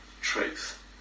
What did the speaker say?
truth